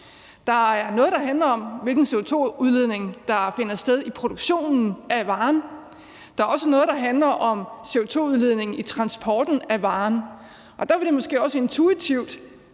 Der er noget, der handler om, hvilken CO2-udledning der finder sted i produktionen af varen. Der er også noget, der handler om CO2-udledningen i transporten af varen. Der ville det måske også intuitivt